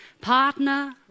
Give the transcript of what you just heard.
partner